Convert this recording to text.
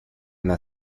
она